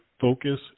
focus